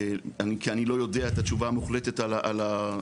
כי אני לא יודע את התשובה המוחלטת על השאלה.